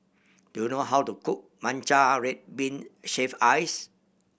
do you know how to cook matcha red bean shaved ice